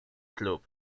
club